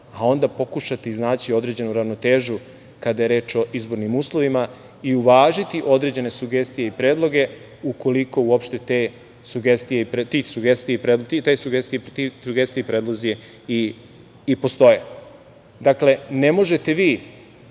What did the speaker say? a onda pokušati iznaći određenu ravnotežu kada je reč o izbornim uslovima i uvažiti određene sugestije i predloge, ukoliko uopšte te sugestije i predlozi i postoje. Dakle, ne možete vi